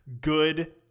good